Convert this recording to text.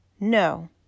No